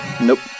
Nope